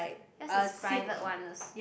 yours is private ones